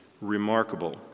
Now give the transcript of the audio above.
remarkable